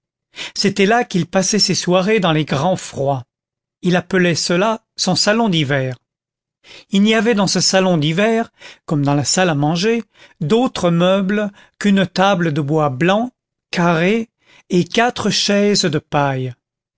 c'était là qu'il passait ses soirées dans les grands froids il appelait cela son salon d'hiver il n'y avait dans ce salon d'hiver comme dans la salle à manger d'autres meubles qu'une table de bois blanc carrée et quatre chaises de paille